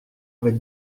avec